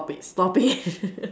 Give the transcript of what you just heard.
stop it stop it